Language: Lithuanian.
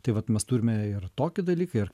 tai vat mes turime ir tokį dalyką ir